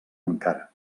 encara